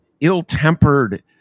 ill-tempered